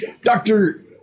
Doctor